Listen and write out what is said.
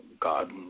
God